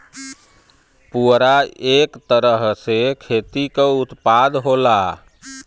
पुवरा इक तरह से खेती क उत्पाद होला